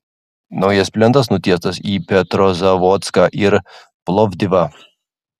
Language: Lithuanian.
naujas plentas nutiestas į petrozavodską ir plovdivą